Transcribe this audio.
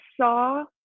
saw